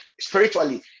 spiritually